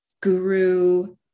guru